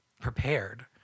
prepared